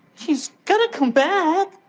he's got to come back.